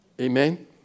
Amen